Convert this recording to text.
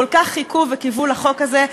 כל כך הם חיכו וקיוו לחוק הזה.